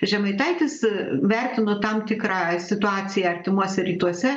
žemaitaitis vertino tam tikrą situaciją artimuose rytuose